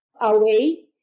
away